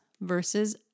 versus